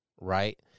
right